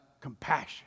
compassion